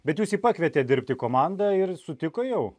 bet jūs jį pakviet dirbti į komandą ir sutiko jau